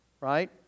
right